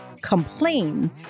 complain